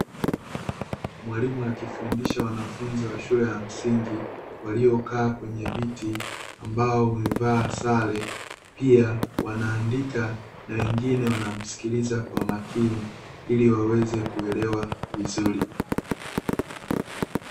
Mwalimu akifundisha wanafunzi wa shule ya msingi, waliokaa kwenye viti, ambao wamevaa sare, pia wanaandika na wengine wanamsikiliza kwa makini ili waweze kuelewa vizuri.